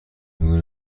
کنی